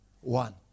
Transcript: one